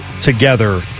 together